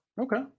Okay